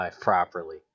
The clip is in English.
properly